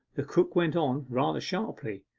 the cook went on rather sharply,